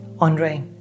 Andre